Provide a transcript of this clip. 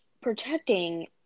protecting